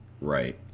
Right